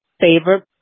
favorite